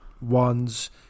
ones